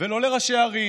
ולא לראשי ערים.